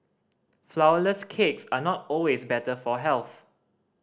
flourless cakes are not always better for health